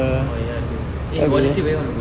oh ya true eh volunteer where you want to go